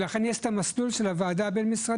ולכן יש את המסלול של הוועדה הבין-משרדית